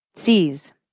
Sees